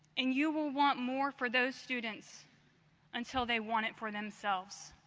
and you will want more for those students until they want it for themselves.